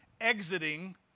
exiting